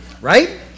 Right